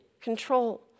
control